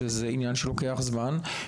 שזה עניין שלוקח זמן,